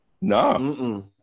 No